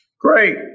Great